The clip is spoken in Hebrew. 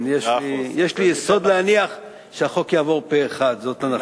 יש לי יסוד להניח שהחוק יעבור פה אחד, זאת הנחתי.